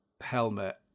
helmet